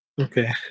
Okay